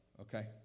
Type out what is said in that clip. okay